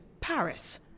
Paris